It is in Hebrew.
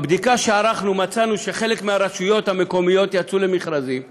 בבדיקה שערכנו מצאנו שחלק מהרשויות המקומיות יצאו למכרזים,